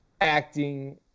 acting